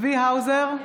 צבי האוזר,